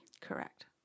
Correct